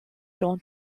dans